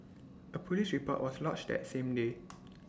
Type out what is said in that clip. A Police report was lodged that same day